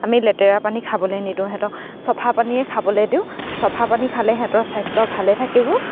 আমি লেতেৰা পানী খাবলে নিদিওঁ সিহঁতক চফা পানীয়ে খাবলে দিওঁ চফা পানী খালে সিহঁতৰ স্বাস্থ্য ভালে থাকিব